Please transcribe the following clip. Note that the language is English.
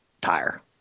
tire